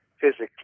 physically